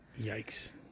Yikes